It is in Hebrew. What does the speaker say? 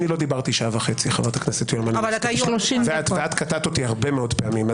לא דיברתי שעה וחצי ואת קטעת אותי הרבה מאוד פעמים.